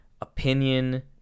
opinion